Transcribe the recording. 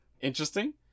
interesting